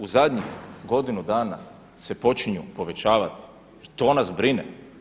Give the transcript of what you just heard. U zadnjih godinu dana se počinju povećavati i to nas brine.